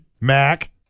Mac